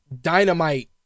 dynamite